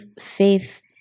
faith